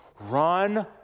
Run